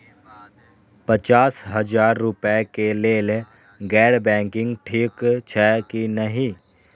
पचास हजार रुपए के लेल गैर बैंकिंग ठिक छै कि नहिं?